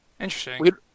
Interesting